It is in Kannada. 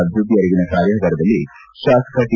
ಅಭಿವೃದ್ಧಿ ಅರಿವಿನ ಕಾರ್ಯಾಗಾರದಲ್ಲಿ ಶಾಸಕ ಟಿ